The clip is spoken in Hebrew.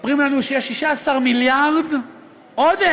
מספרים לנו שיש 16 מיליארד עודף,